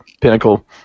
pinnacle